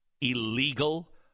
illegal